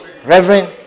Reverend